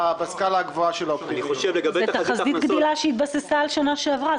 הגבוהה של --- זה תחזית גדילה שהתבססה על שנה שעברה,